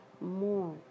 more